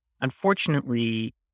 Unfortunately